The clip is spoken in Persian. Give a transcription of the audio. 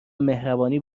مهربانی